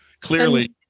Clearly